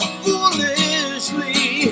foolishly